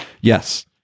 Yes